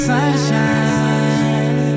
Sunshine